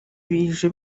bije